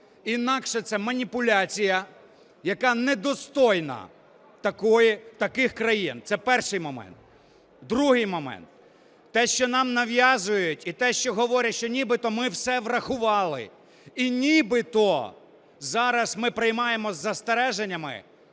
Інакше це маніпуляція, яка недостойна таких країн. Це перший момент. Другий момент. Те, що нам нав'язують, і те, що говорять, що нібито ми все врахували і нібито зараз ми приймаємо із застереженнями,